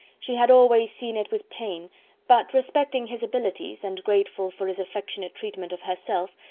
she had always seen it with pain but respecting his abilities, and grateful for his affectionate treatment of herself,